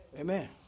Amen